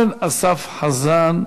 אורן אסף חזן,